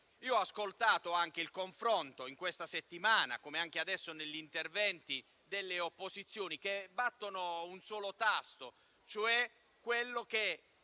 Ho ascoltato il confronto in questa settimana, come anche adesso negli interventi delle opposizioni, che battono un solo tasto, cioè quello che